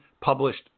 published